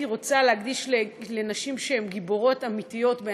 רוצה להקדיש לנשים שהן גיבורות אמיתיות בעיני.